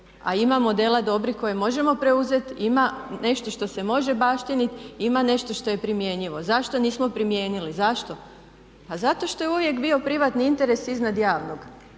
a ima modela dobrih koje možemo preuzeti, ima nešto što se može baštinit i ima nešto što je primjenjivo. Zašto nismo primijenili, zašto? Pa zato što je uvijek bio privatni interes iznad javnog.